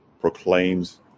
proclaims